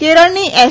કેરળની એસ